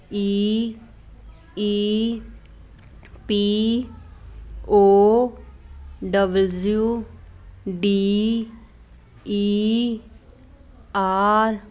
E E P O W D E R